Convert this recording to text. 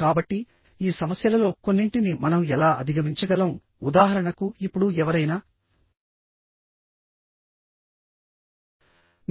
కాబట్టి ఈ సమస్యలలో కొన్నింటిని మనం ఎలా అధిగమించగలం ఉదాహరణకు ఇప్పుడు ఎవరైనా